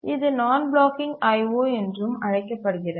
இது nonblocking IO என்றும் அழைக்கப்படுகிறது